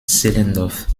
zehlendorf